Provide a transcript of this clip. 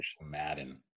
Madden